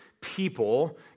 people